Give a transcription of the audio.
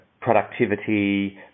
productivity